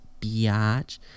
biatch